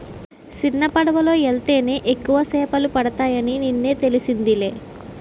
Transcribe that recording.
సిన్నపడవలో యెల్తేనే ఎక్కువ సేపలు పడతాయని నిన్నే తెలిసిందిలే